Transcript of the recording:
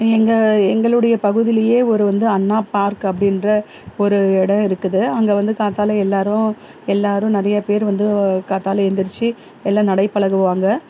எங்கள் எங்களுடைய பகுதியிலியே ஒரு வந்து அண்ணா பார்க் அப்படின்ற ஒரு இடம் இருக்குது அங்கே வந்து காத்தால எல்லோரும் எல்லோரும் நிறையா பேர் வந்து காத்தால எழுந்திரிச்சி எல்லாம் நடை பழகுவாங்க